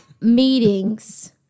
meetings